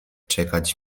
czekać